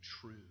true